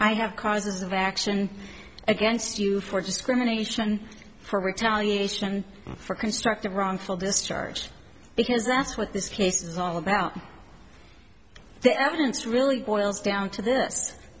i have causes of action against you for discrimination for retaliation for constructive wrongful discharge because that's what this case is all about the evidence really boils down to th